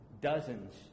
dozens